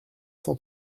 cent